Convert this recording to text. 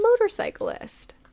motorcyclist